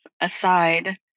aside